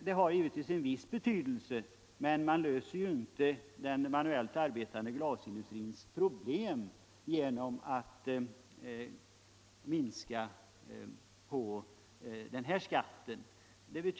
Det skulle givetvis ha en viss betydelse, men det skulle inte lösa den manuellt arbetande glasindustrins problem.